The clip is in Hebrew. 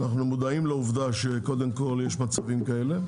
אנחנו מודעים לעובדה שיש מצבים כאלה,